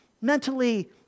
mentally